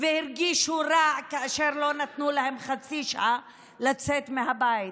והרגישו רע כאשר לא נתנו להם חצי שעה לצאת מהבית.